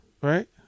right